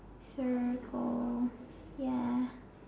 sure call ya